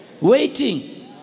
waiting